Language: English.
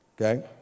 Okay